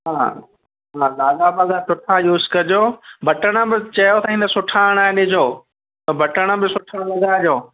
हा धाॻा वाॻा सुठा यूस कजो बटण बि अथईं त सुठा हणाए ॾिजो बटण बि सुठा लॻाइजो